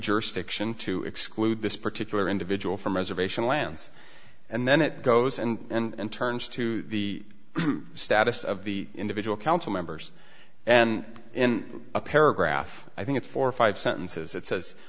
jurisdiction to exclude this particular individual from reservation lands and then it goes and turns to the status of the individual council members and in a paragraph i think four or five sentences it says